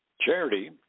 Charity